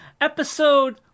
episode